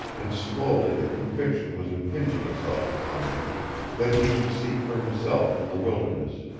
and slowly the conviction was impinging itself upon him that he should seek for himself in the wilderness.